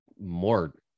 more